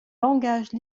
langage